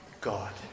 God